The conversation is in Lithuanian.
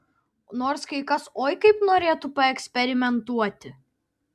nors kai kas oi kaip norėtų paeksperimentuoti